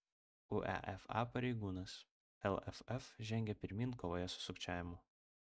uefa pareigūnas lff žengia pirmyn kovoje su sukčiavimu